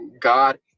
God